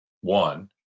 one